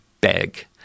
beg